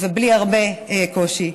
ובלי הרבה קושי.